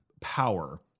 power